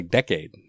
decade